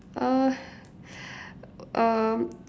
uh um